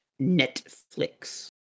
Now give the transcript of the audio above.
Netflix